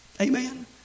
Amen